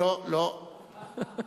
לא, לא, לא.